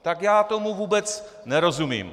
Tak já tomu vůbec nerozumím.